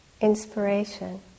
Inspiration